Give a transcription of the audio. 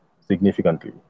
significantly